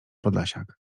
podlasiak